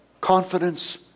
confidence